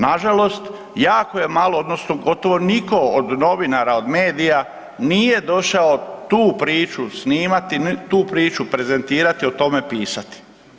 Nažalost, jako je malo odnosno gotovo niko od novinara, od medija nije došao tu priči snimati, tu priču prezentirati, o tome pisati.